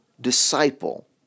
disciple